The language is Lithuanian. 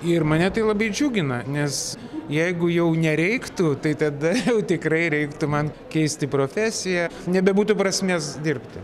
ir mane tai labai džiugina nes jeigu jau nereiktų tai tada jau tikrai reiktų man keisti profesiją nebebūtų prasmės dirbti